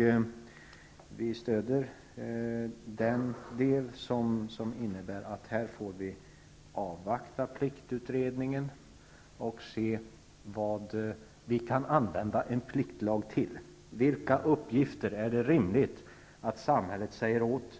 Vi stöder uppfattningen att man skall avvakta pliktutredningen och se vad en pliktlag kan användas till. För vilka uppgifter är det rimligt att samhället säger till